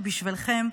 בשבילכם,